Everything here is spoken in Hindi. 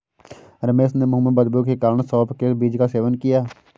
रमेश ने मुंह में बदबू के कारण सौफ के बीज का सेवन किया